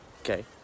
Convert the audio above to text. okay